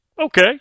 Okay